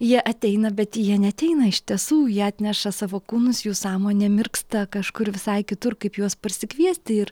jie ateina bet jie neateina iš tiesų jie atneša savo kūnus jų sąmonė mirksta kažkur visai kitur kaip juos prisikviesti ir